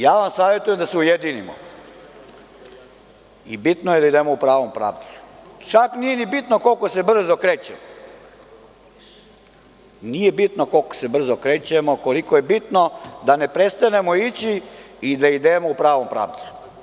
Ja vam savetujem da se ujedinimo i bitno je da idemo u pravom pravcu, čak nije ni bitno koliko se brzo krećemo, koliko je bitno da ne prestanemo ići i da idemo u pravom pravcu.